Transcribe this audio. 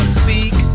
speak